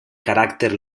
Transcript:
caràcter